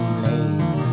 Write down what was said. blades